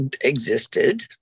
existed